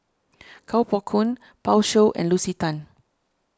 Kuo Pao Kun Pan Shou and Lucy Tan